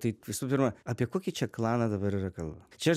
tai visu pirma apie kokį čia klaną dabar yra kalba čia aš